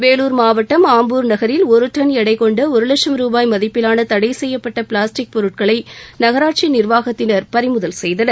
வேலூர் மாவட்டம் ஆம்பூர் நகரில் ஒரு டன் எடை கொண்ட ஒரு லட்சம் ரூபாய் மதிப்பிலான தடை செய்யப்பட்ட பிளாஸ்டிக் பொருட்களை நகராட்சி நிர்வாகத்தின் பறிமுதல் செய்தனர்